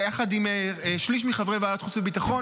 יחד עם שליש מחברי ועדת החוץ והביטחון